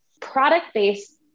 product-based